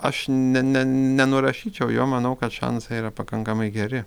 aš ne ne nenurašyčiau jo manau kad šansai yra pakankamai geri